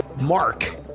Mark